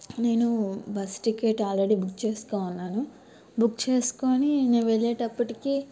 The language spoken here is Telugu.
నేను బస్ టికెట్ ఆల్రెడీ బుక్ చేసుకుని ఉన్నాను బుక్ చేసుకుని నేను వెళ్ళేటప్పటికీ